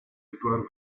édouard